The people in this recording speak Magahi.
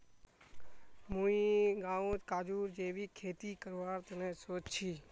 मुई गांउत काजूर जैविक खेती करवार तने सोच छि